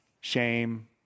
Shame